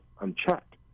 unchecked